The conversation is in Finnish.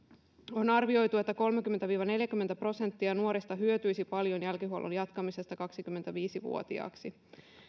on arvioitu että kolmekymmentä viiva neljäkymmentä prosenttia nuorista hyötyisi paljon jälkihuollon jatkamisesta kaksikymmentäviisi vuotiaaksi